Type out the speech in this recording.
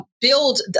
build